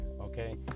okay